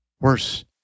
Worse